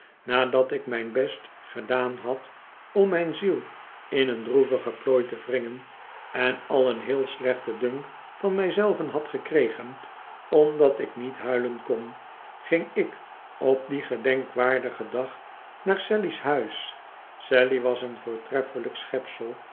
nadat ik mijn best gedaan had om mijn ziel in een droevige plooi te wringen en al een heel slechten dunk van mij zelven had gekregen omdat ik niet huilen kon ging ik op dien gedenkwaardigen dag naar sally s huis sally was een voortreffelijk